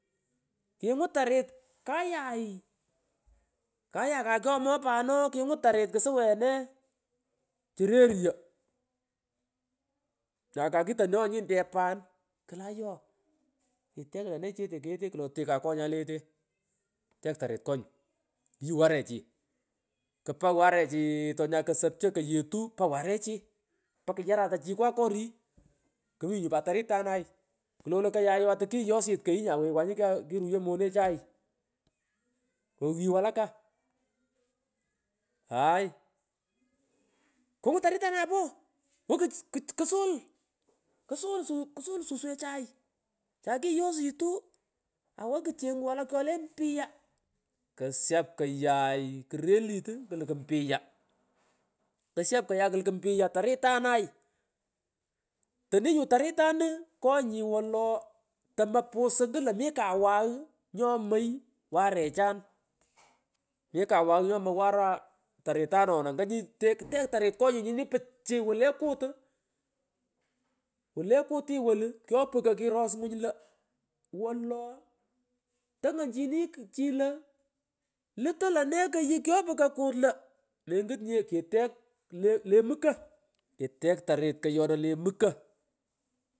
Kingun tarit kayay i kayay ngalan pich kayay kyakomoi pan oo, kunyun tarit kusuweha ne chureryo ngalan pich nyakakitoreo nyinte pan i klo ayoo kitech lo ne chichete kogete klo otekan konyan inyete tek tarit konyi, yuu warechi kpang warechi iii tonyay kosopcho kwetugh pa warechi pa kuyarata chikwa korii kmi nyu pat taritanay klolo koyay ooh atukiyosit kayu nyawey angwanyu kiroyo monechay ighn aghi walaka ngalan pich aay kungun taritany poo kungun ksul ksul sus ksul suswechay chakiyositu awo kuchengu walak chole mpya ksyap koyay ikrelit uu kluku mpya ksyap kayan kluku mpiya taritanay ngalan pich toni nyu taritanu konyi wolo to mopusu ngut. Lo mi kawaghu nyomoy warechani mi kawagh nyomoy wara kutu u kkk wole kuti wolu kyoputyo kuros nginy lo wolo tongonjini chi lo lutoy lone koghu kyoputyo kuros nginy lo wolo tongonjini chi lo lutoy lone koghu kyopukto kut lo, mengutnye kitech ouch le le muko.